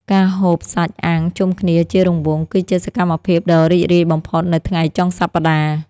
ការហូបសាច់អាំងជុំគ្នាជារង្វង់ គឺជាសកម្មភាពដ៏រីករាយបំផុតនៅថ្ងៃចុងសប្តាហ៍។